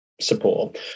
support